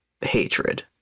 hatred